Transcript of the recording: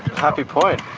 happy point?